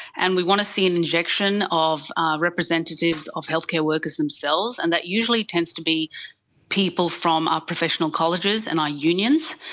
and we want to see an injection of representatives of healthcare workers themselves, and that usually tends to be people from our professional colleges and our unions.